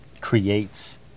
creates